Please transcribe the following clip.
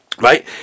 Right